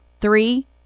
Three